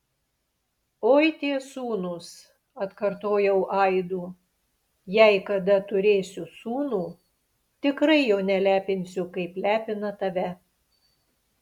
oi tie sūnūs atkartojau aidu jei kada turėsiu sūnų tikrai jo nelepinsiu kaip lepina tave